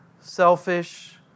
Selfish